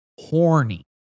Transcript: horny